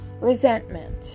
resentment